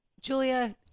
Julia